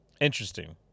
Interesting